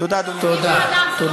תודה, אדוני.